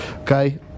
okay